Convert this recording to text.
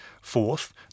Fourth